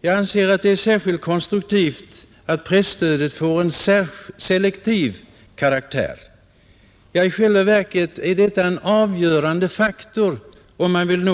Jag anser att det är särskilt konstruktivt att presstödet får selektiv karaktär, ja i själva verket är detta en avgörande faktor om man vill